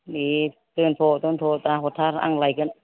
दे दोनथ' दोनथ' दाहरथार आं लायगोन